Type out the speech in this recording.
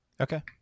Okay